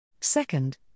Second